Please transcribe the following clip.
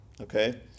Okay